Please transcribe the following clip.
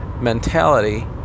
mentality